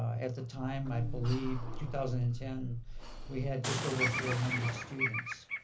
at the time i believe two thousand and ten we had just over four hundred students.